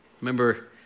Remember